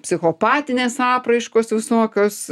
psichopatinės apraiškos visokios